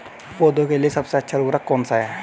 पौधों के लिए सबसे अच्छा उर्वरक कौन सा है?